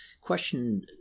question